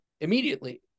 immediately